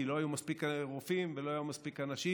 כי לא היו מספיק רופאים ולא היו מספיק אנשים,